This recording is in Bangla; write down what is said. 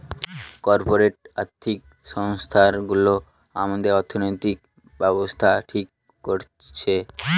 কর্পোরেট আর্থিক সংস্থানগুলো আমাদের অর্থনৈতিক ব্যাবস্থা ঠিক করছে